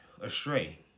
astray